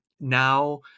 now